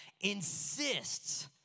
insists